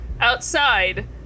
outside